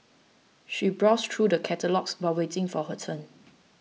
she browsed through the catalogues while waiting for her turn